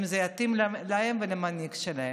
אם זה מתאים להם ולמנהיג שלהם.